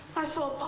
i saw pa,